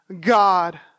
God